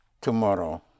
tomorrow